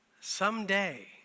Someday